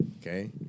Okay